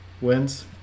wins